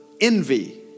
envy